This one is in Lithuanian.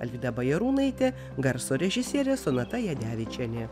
alvyda bajarūnaitė garso režisierė sonata jadevičienė